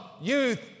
youth